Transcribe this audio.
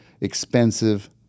expensive